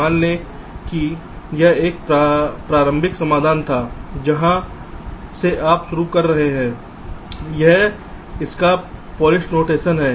मान लें कि यह एक प्रारंभिक समाधान था जहां से आप शुरू कर रहे हैं यह इसका पॉलिश नोटेशन है